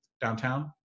downtown